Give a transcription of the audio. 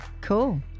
Cool